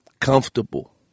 comfortable